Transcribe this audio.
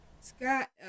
Scott